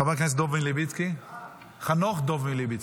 חבר הכנסת חנוך דב מלביצקי.